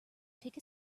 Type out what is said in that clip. take